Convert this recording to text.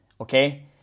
okay